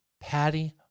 Patty